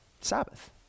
Sabbath